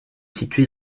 située